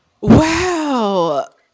Wow